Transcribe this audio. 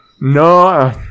No